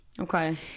Okay